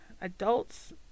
adults